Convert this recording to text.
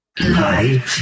Light